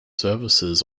services